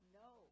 no